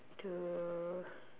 to